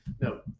No